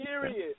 Period